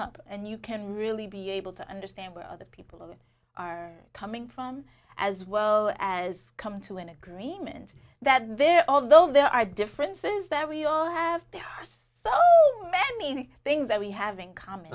up and you can really be able to understand where other people are coming from as well as come to an agreement that there although there are differences that we all have their us so many things that we have in common